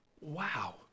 wow